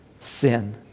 sin